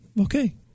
Okay